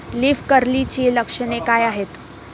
Leaf कर्लची लक्षणे काय आहेत?